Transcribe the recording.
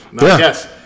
Yes